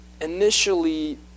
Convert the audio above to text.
initially